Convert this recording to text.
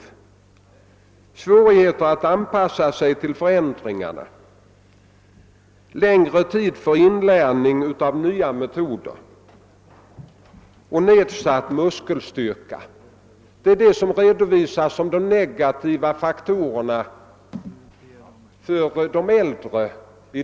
De har svårigheter att anpassa sig till förändringar, de behöver längre tid för inlärning av nya metoder, och deras muskelstyrka blir nedsatt. Detta angavs som negativa faktorer i värderingen.